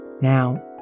Now